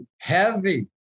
heavy